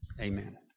amen